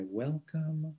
welcome